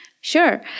Sure